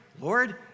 Lord